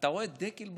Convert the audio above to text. אתה רואה דגל בחוץ,